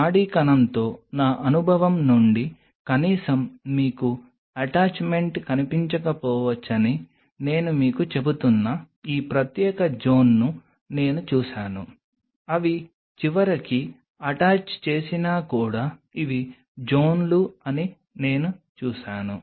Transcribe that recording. నాడీ కణంతో నా అనుభవం నుండి కనీసం మీకు అటాచ్మెంట్ కనిపించకపోవచ్చని నేను మీకు చెబుతున్న ఈ ప్రత్యేక జోన్ను నేను చూశాను అవి చివరికి అటాచ్ చేసినా కూడా ఇవి జోన్లు అని నేను చూశాను